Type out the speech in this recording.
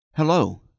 Hello